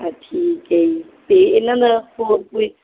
ਠੀਕ ਹੈ ਜੀ ਅਤੇ ਇਹਨਾਂ ਦਾ ਹੋਰ ਕੋਈ